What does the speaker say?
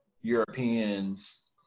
europeans